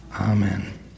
Amen